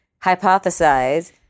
hypothesize